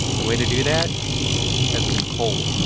the way to do that has been coal